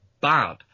bad